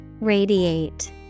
radiate